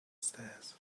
stairs